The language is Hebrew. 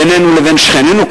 בינינו לבין שכנינו,